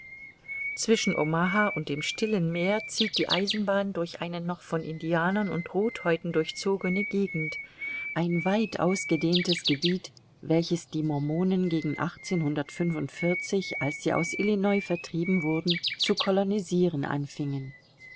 zwischen omaha und dem stillen meer zieht die eisenbahn durch eine noch von indianern und rothhäuten durchzogene gegend ein weit ausgedehntes gebiet welches die mormonen gegen als sie aus illinois vertrieben wurden zu colonisiren anfingen